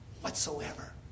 whatsoever